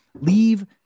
leave